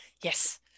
Yes